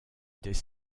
des